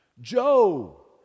Joe